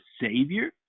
Savior